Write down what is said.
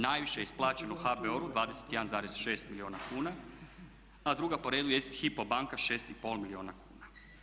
Najviše je isplaćeno HBOR-u 21,6 milijuna kuna, a druga po redu jest HYPO banka 6,5 milijuna kuna.